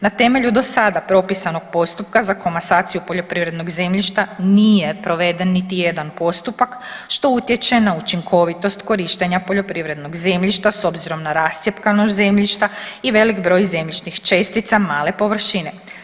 Na temelju do sada propisanog postupka za komasaciju poljoprivrednog zemljišta nije proveden niti jedan postupak što utječe na učinkovitost korištenja poljoprivrednog zemljišta s obzirom na rascjepkanost zemljišta i velik broj zemljišnih čestica male površine.